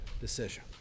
decision